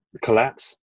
collapse